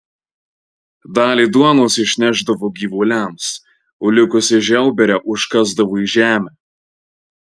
dalį duonos išnešdavo gyvuliams o likusią žiauberę užkasdavo į žemę